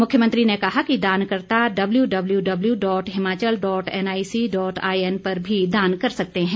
मुख्यमंत्री ने कहा कि दानकर्ता W W W dot Himachal dot NIC dot IN पर भी दान कर सकते है